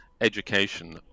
education